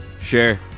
Sure